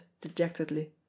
dejectedly